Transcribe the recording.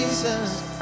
Jesus